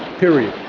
period